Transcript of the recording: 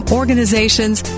organizations